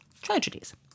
tragedies